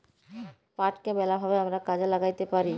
পাটকে ম্যালা ভাবে আমরা কাজে ল্যাগ্যাইতে পারি